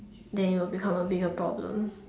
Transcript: then it will become a bigger problem